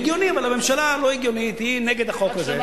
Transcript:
הגיוני, אבל הממשלה לא הגיונית, היא נגד החוק הזה.